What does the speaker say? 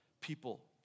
people